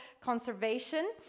conservation